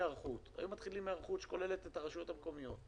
האם נשקל כיצד לתת לגנים הפרטיים פיצוי,